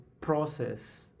process